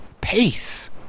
peace